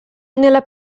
nella